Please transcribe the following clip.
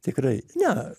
tikrai ne